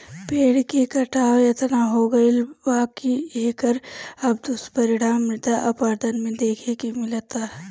पेड़ के कटाव एतना हो गईल बा की एकर अब दुष्परिणाम मृदा अपरदन में देखे के मिलता